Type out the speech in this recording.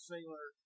Sailor